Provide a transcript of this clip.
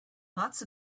lots